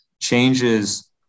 changes